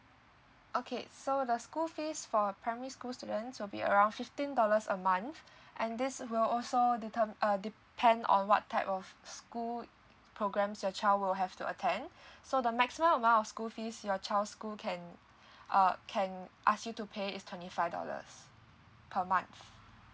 okay so the school fees for primary school students will be around fifteen dollars a month and this will also determ~ uh depend on what type of school programs your child will have to attend so the maximum amount of school fees your child school can uh can ask you to pay is twenty five dollars per month